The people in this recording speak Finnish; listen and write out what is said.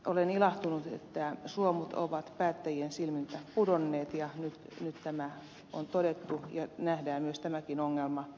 olen ilahtunut että suomut ovat päättäjien silmiltä pudonneet ja nyt on todettu ja nähdään myös tämäkin ongelma